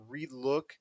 relook